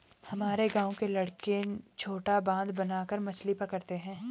हमारे गांव के लड़के छोटा बांध बनाकर मछली पकड़ते हैं